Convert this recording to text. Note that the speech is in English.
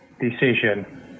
decision